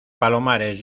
palomares